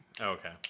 Okay